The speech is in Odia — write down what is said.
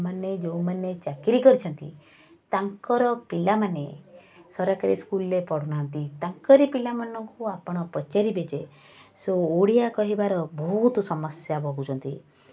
ମାନେ ଯେଉଁମାନେ ଚାକିରି କରିଛନ୍ତି ତାଙ୍କର ପିଲାମାନେ ସରକାରୀ ସ୍କୁଲରେ ପଢ଼ୁନାହାଁନ୍ତି ତାଙ୍କରି ପିଲାମାନଙ୍କୁ ଆପଣ ପଚାରିବେ ଯେ ସେ ଓଡ଼ିଆ କହିବାର ବହୁତ ସମସ୍ୟା ଭୋଗୁଛନ୍ତି